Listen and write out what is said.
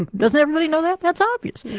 and doesn't everybody know that, that's obvious.